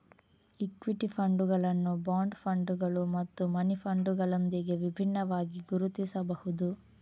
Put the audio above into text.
equity ಫಂಡುಗಳನ್ನು bond ಫಂಡುಗಳು ಮತ್ತು ಮನಿ ಫಂಡುಗಳೊಂದಿಗೆ ವಿಭಿನ್ನವಾಗಿ ಗುರುತಿಸಬಹುದು